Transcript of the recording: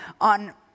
on